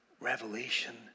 revelation